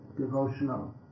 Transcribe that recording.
devotional